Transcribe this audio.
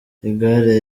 igare